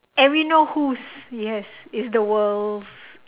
whose yes is the world's